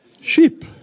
sheep